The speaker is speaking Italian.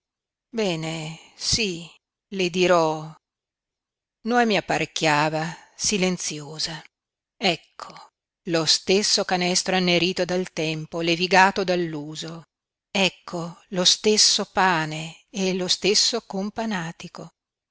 bene sí le dirò noemi apparecchiava silenziosa ecco lo stesso canestro annerito dal tempo levigato dall'uso ecco lo stesso pane e lo stesso companatico